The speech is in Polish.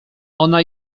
ona